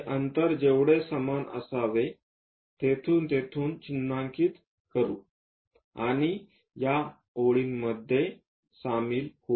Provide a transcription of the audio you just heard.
हे अंतर जेवढे समान असावे येथून येथून चिन्हांकित करू आणि या ओळींमध्ये सामील होऊ